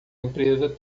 empresa